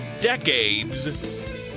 decades